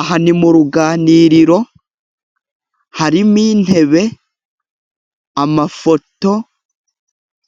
Aha ni mu ruganiriro harimo: intebe, amafoto